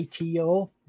ITO